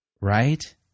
right